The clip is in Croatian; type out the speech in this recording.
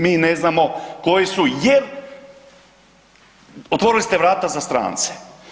Mi ne znamo koji su jer otvorili ste vrata za strance.